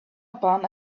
upon